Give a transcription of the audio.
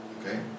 Okay